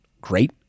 great